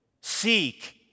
Seek